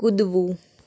કૂદવું